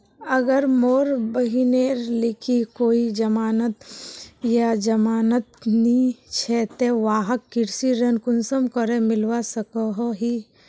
अगर मोर बहिनेर लिकी कोई जमानत या जमानत नि छे ते वाहक कृषि ऋण कुंसम करे मिलवा सको हो?